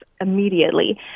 immediately